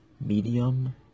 medium